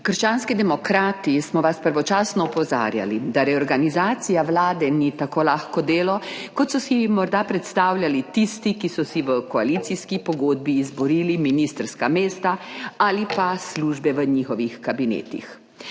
Krščanski demokrati smo vas pravočasno opozarjali, da reorganizacija Vlade ni tako lahko delo, kot so si morda predstavljali tisti, ki so si v koalicijski pogodbi izborili ministrska mesta ali pa službe v njihovih kabinetih.